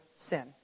sin